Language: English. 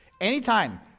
Anytime